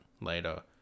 later